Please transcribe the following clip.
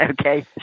okay